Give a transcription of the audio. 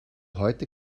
heute